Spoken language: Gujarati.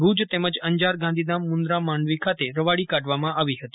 ભુજ તેમજ અંજાર ગાંધીધામ મુન્દ્રા માંડવી ખાતે રવાડી કાઢવામાં આવી હતી